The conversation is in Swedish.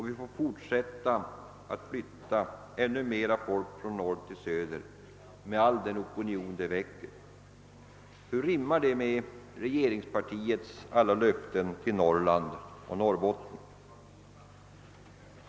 Vi får fortsätta att flytta ännu mera folk från norr till söder, med all den opinion det väcker.» Hur rimmar detta med regeringspartiets. alla löften till Norrland och till Norrbotten?